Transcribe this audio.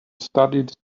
studied